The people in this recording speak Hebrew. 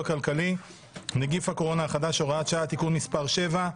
כלכלי (נגיף הקורונה החדש) (הוראת שעה) (תיקון מס' 7)